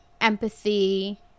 empathy